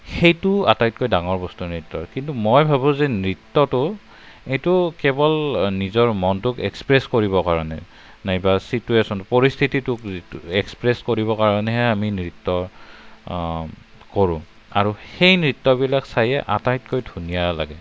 সেইটো আটাইতকৈ ডাঙৰ বস্তু নৃত্যৰ কিন্তু মই ভাবো যে নৃত্যটো সেইটো কেৱল নিজৰ মনটোক এক্সপ্ৰেছ কৰিব কাৰণে নাইবা চিটুৱেচন পৰিস্থিতিটোক যিটো এক্সপ্ৰেছ কৰিবৰ কাৰণেহে আমি নৃত্য কৰোঁ আৰু সেই নৃত্যবিলাক চাইয়েই আটাইতকৈ ধুনীয়া লাগে